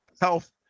health